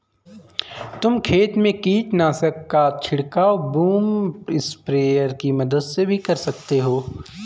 तुम खेत में कीटनाशक का छिड़काव बूम स्प्रेयर की मदद से भी कर सकते हो